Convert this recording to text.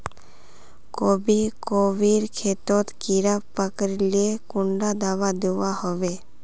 गोभी गोभिर खेतोत कीड़ा पकरिले कुंडा दाबा दुआहोबे?